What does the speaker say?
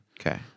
Okay